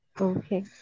Okay